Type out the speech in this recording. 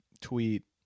tweet